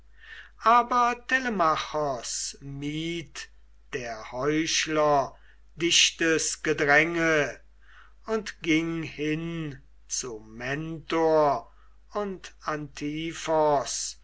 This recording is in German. telemachos mied der heuchler dichtes gedränge und ging hin zu mentor und